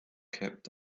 kept